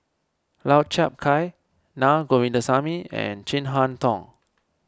Lau Chiap Khai Na Govindasamy and Chin Harn Tong